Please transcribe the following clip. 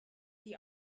die